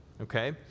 Okay